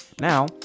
now